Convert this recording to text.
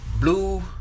Blue